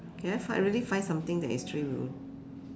can I find really find something that is three wheel